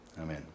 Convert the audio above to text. Amen